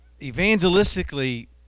evangelistically